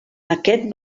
aquest